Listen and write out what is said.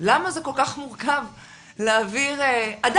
למה זה כל כך מורכב להעביר אדם,